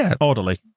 orderly